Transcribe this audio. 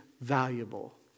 valuable